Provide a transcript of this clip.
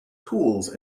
tools